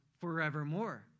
forevermore